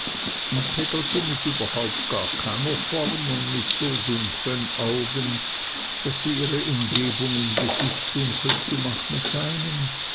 und peggotty mit überhaupt gar keiner form und mit so dunkeln augen daß sie ihre umgebung im gesicht dunkel zu machen scheinen